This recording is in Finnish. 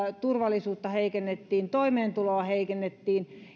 turvallisuutta heikennettiin toimeentuloa heikennettiin